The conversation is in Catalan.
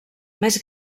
més